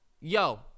Yo